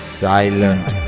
silent